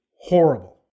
horrible